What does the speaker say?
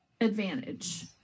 advantage